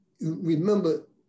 remember